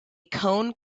cone